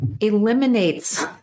eliminates